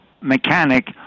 mechanic